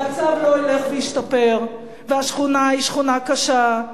המצב לא הולך ומשתפר, והשכונה היא שכונה קשה,